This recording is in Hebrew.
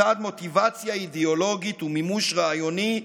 לצד מוטיבציה אידיאולוגית ומימוש רעיוני,